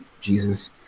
Jesus